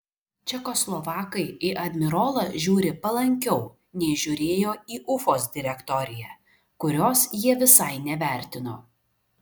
čekoslovakai į admirolą žiūri palankiau nei žiūrėjo į ufos direktoriją kurios jie visai nevertino